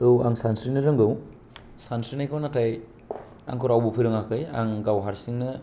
औ आं सानस्रिनो रोंगौ सानस्रिनायखौ नाथाय आंखौ रावबो फोरोङाखै आं गावनो हारसिंनो